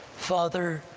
father,